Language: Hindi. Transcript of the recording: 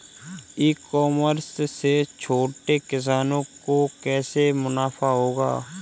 ई कॉमर्स से छोटे किसानों को कैसे मुनाफा होगा?